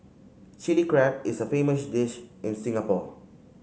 Chilli Crab is a famous dish in Singapore